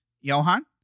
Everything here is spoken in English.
Johan